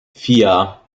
vier